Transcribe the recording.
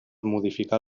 modificar